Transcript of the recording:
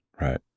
Right